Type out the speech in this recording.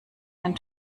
den